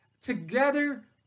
Together